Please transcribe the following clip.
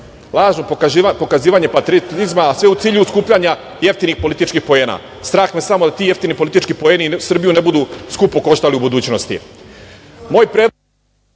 lažno pokazivanje patriotizma, a sve u cilju skupljanja jeftinih politčkih poena. Strah me samo da ti jeftini politički poeni, Srbiju ne budu skupo koštali u budućnosti.